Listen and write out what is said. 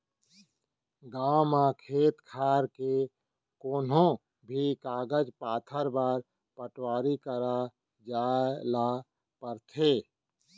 गॉंव म खेत खार के कोनों भी कागज पातर बर पटवारी करा जाए ल परथे